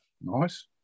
Nice